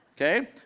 okay